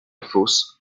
fosse